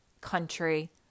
country